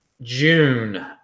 June